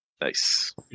Nice